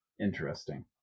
Interesting